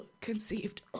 conceived